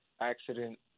accident